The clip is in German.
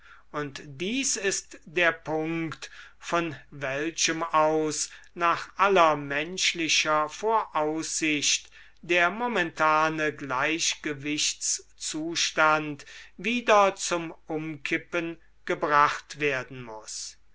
und dies ist der punkt von welchem aus nach aller menschlicher voraussicht der momentane gleichgewichtszustand wieder zum umkippen gebracht werden muß